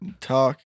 talk